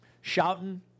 shouting